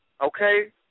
Okay